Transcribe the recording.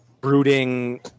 brooding